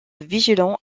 vigilant